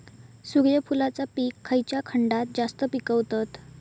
सूर्यफूलाचा पीक खयच्या खंडात जास्त पिकवतत?